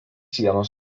sienos